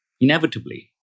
inevitably